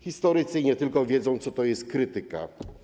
Historycy - i nie tylko - wiedzą, co to jest krytyka.